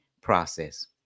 process